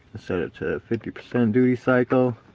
set it to fifty percent duty cycle